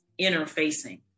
interfacing